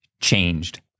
changed